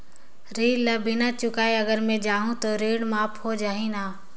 ऋण ला बिना चुकाय अगर मै जाहूं तो ऋण माफ हो जाही न?